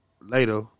later